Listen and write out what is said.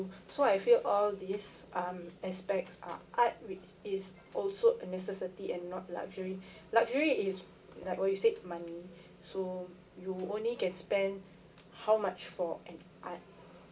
so I feel all these um aspects are art which is also a necessity and not luxury luxury is like what you said money so you only can spend how much for an art